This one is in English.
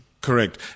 Correct